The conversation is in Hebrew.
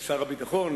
שר הביטחון,